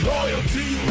Loyalty